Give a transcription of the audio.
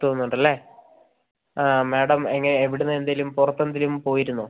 തോന്നുന്നുണ്ടല്ലേ madam എങ്ങനെ എവിടെ നിന്ന് എന്തേലും പുറത്ത് എന്തേലും പോയിരുന്നോ